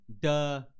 duh